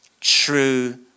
true